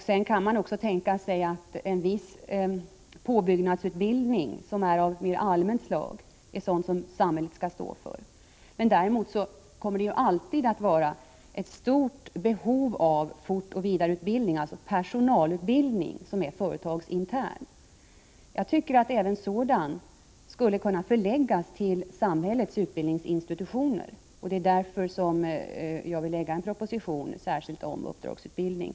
Sedan kan man också tänka sig att samhället skall stå för en viss påbyggnadsutbildning av mer allmänt slag. Däremot kommer det alltid att finnas ett stort behov av fortbildning och vidareutbildning inom företagen, alltså en företagsintern personalutbildning. Jag tycker att även sådan utbildning skulle kunna förläggas till komma till rätta med teknikerbristen samhällets utbildningsinstitutioner. Det är därför som jag vill lägga fram en proposition särskilt om uppdragsutbildning.